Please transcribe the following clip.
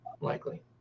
likely